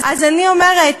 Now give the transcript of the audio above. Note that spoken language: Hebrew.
אז אני אומרת,